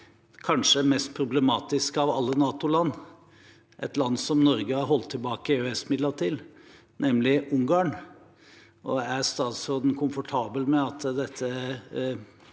kanskje mest problematiske av alle NATO-land, et land som Norge har holdt tilbake EØS-midler til, nemlig Ungarn. Er statsråden komfortabel med at dette